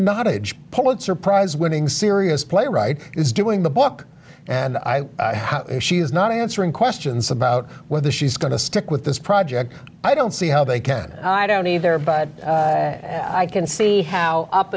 nottage pulitzer prize winning serious playwright is doing the book and i was not answering questions about whether she's going to stick with this project i don't see how they can i don't either but i can see how up